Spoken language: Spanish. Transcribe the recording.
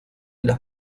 las